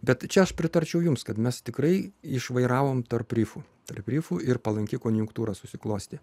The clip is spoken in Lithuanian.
bet čia aš pritarčiau jums kad mes tikrai išvairavome tarp rifų tarp rifų ir palanki konjunktūra susiklostė